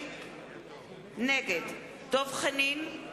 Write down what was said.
נגד דב חנין,